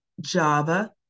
Java